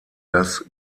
das